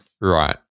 Right